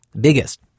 Biggest